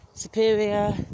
superior